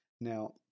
Now